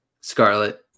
Scarlet